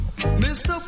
Mr